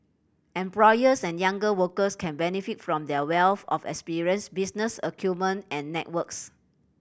employers and younger workers can benefit from their wealth of experience business acumen and networks